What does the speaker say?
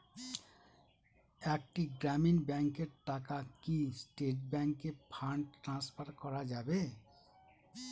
একটি গ্রামীণ ব্যাংকের টাকা কি স্টেট ব্যাংকে ফান্ড ট্রান্সফার করা যাবে?